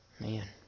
Man